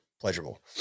pleasurable